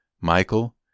Michael